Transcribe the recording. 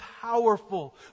powerful